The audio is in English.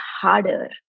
harder